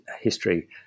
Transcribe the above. history